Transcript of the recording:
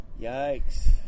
yikes